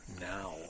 now